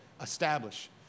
establish